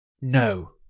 No